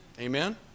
Amen